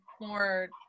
more